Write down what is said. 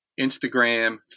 Instagram